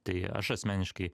tai aš asmeniškai